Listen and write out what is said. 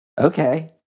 Okay